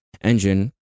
engine